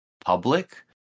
public